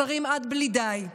שרים עד בלי די,